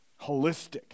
holistic